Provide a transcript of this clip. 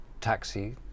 taxi